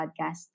podcast